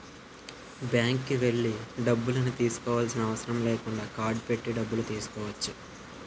బ్యాంక్కి వెళ్లి డబ్బులను తీసుకోవాల్సిన అవసరం లేకుండా కార్డ్ పెట్టి డబ్బులు తీసుకోవచ్చు